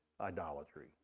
idolatry